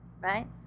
right